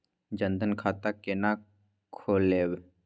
जनधन खाता केना खोलेबे?